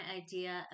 idea